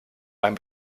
beim